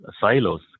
silos